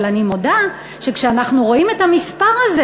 אבל אני מודה שכשאנחנו רואים את המספר הזה,